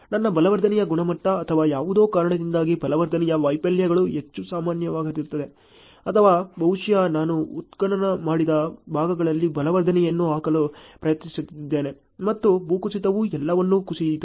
ನನ್ನ ಬಲವರ್ಧನೆಯ ಗುಣಮಟ್ಟ ಅಥವಾ ಯಾವುದೋ ಕಾರಣದಿಂದಾಗಿ ಬಲವರ್ಧನೆಯ ವೈಫಲ್ಯಗಳು ಹೆಚ್ಚು ಸಾಮಾನ್ಯವಾಗಿದೆ ಅಥವಾ ಬಹುಶಃ ನಾನು ಉತ್ಖನನ ಮಾಡಿದ ಭಾಗಗಳಲ್ಲಿ ಬಲವರ್ಧನೆಯನ್ನು ಹಾಕಲು ಪ್ರಯತ್ನಿಸಿದ್ದೇನೆ ಮತ್ತು ಭೂಕುಸಿತವು ಎಲ್ಲವನ್ನೂ ಕುಸಿಯಿತು